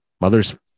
Mother's